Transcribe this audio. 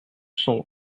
cent